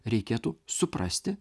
reikėtų suprasti